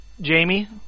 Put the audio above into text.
Jamie